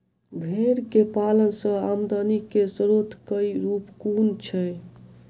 भेंर केँ पालन सँ आमदनी केँ स्रोत केँ रूप कुन छैय?